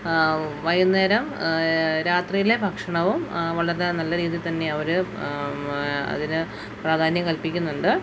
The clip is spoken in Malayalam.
വൈകുന്നേരം രാത്രിയിലെ ഭക്ഷണവും വളരെ നല്ല രീതിയിൽ തന്നെ അവർ അതിനു പ്രാധാന്യം കൽപ്പിക്കുന്നുണ്ട്